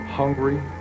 hungry